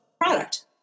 product